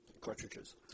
cartridges